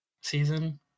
season